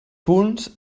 punts